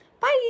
Bye